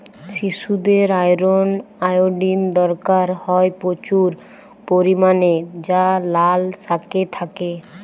শিশুদের iron, iodine দরকার হয় প্রচুর পরিমাণে যা লাল শাকে থাকে